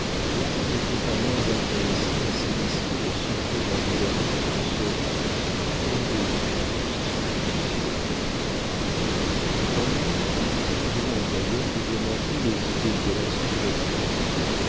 l'âme n'était pas moins intéressée à s'initier aux secrets d'un cœur en quelque sorte orgueilleux de ses souffrances en elle rien d'ailleurs ne démentait les idées qu'elle inspirait tout d'abord